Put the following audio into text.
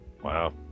Wow